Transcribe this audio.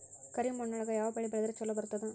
ಕರಿಮಣ್ಣೊಳಗ ಯಾವ ಬೆಳಿ ಬೆಳದ್ರ ಛಲೋ ಬರ್ತದ?